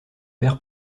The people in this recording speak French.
père